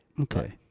okay